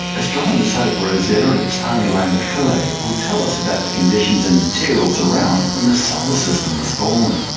astronomers hope rosetta and its tiny lander philae will tell us about the conditions and materials around when the solar system was born.